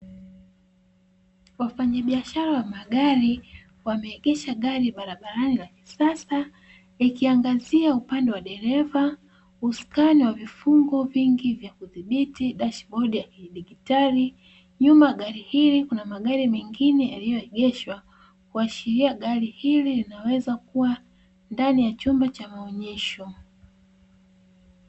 Wafanyabiashara wa magari wameegesha gari barabarani la kisasa likiangazia upande wa dereva, usukani wa vifungo vingi vya kudhibiti dashibodi ya kidigitali. Nyuma ya gari hili kuna magari mengine yaliyoegeshwa, kuashiria gari hili linaweza kuwa ndani ya chumba cha maonyesho.